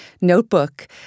notebook